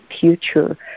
future